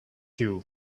you